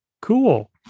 Cool